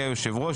יהיה היושב ראש.